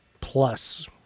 plus